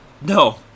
No